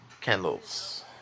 candles